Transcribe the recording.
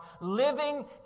living